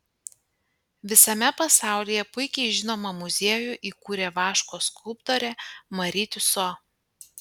visame pasaulyje puikiai žinomą muziejų įkūrė vaško skulptorė mari tiuso